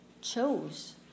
chose